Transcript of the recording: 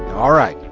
all right.